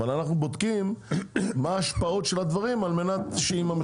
אבל אנחנו בודקים מה ההשפעות של הדברים על המחירים.